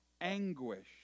anguish